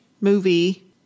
movie